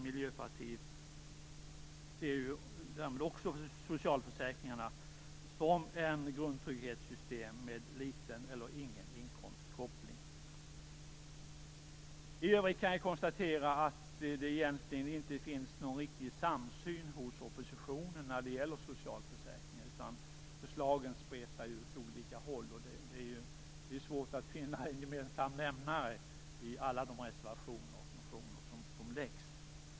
Miljöpartiet ser därmed också socialförsäkringarna som ett grundtrygghetssystem med liten eller ingen inkomstkoppling. I övrigt kan jag konstatera att det egentligen inte finns någon riktig samsyn hos oppositionen när det gäller socialförsäkringar, utan förslagen spretar åt olika håll. Det är svårt att finna en gemensam nämnare i alla de reservationer och motioner som läggs fram.